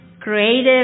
creative